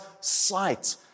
sight